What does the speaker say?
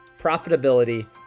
profitability